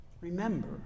Remember